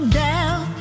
down